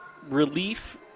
Relief